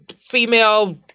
female